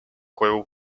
koju